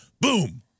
boom